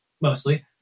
mostly